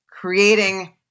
creating